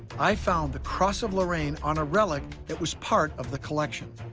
i found the cross of lorraine on a relic that was part of the collection.